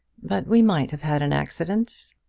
but we might have had an accident.